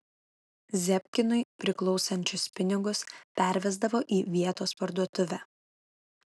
zebkinui priklausančius pinigus pervesdavo į vietos parduotuvę